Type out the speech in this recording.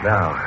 Now